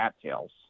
cattails